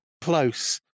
close